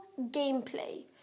Gameplay